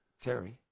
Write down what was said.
Terry